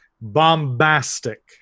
bombastic